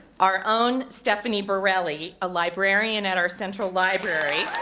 our own stephenee birelli, a librarian at our central library,